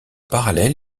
parallèle